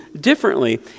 differently